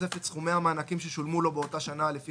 בתוספת סכומי המענקים ששולמו לו בשל אותה שנה לפי